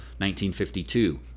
1952